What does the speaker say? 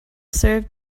serve